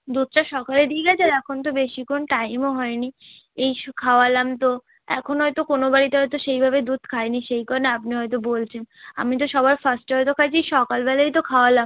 দুধটা সকালে দিয়ে গেছে আর এখন তো বেশিক্ষন টাইমও হয় নি এই খাওয়ালাম তো এখন হয়তো কোনো বাড়িতে হয়তো সেইভাবে দুধ খায় নি সেই কারণে আপনি হয়তো বলছেন আমি তো সবার ফার্স্ট সকালবেলাই তো খাওয়ালাম